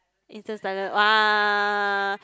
is just like that !wah!